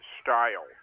style